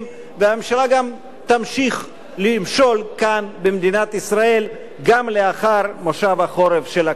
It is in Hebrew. והממשלה תמשיך למשול כאן במדינת ישראל גם לאחר מושב החורף של הכנסת.